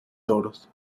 toros